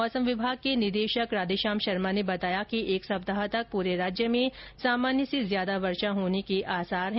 मौसम विभाग के निदेशक राधेश्याम शर्मा ने बताया कि एक सप्ताह तक पूरे राज्य में सामान्य से ज्यादा वर्षा होने के आसार हैं